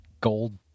gold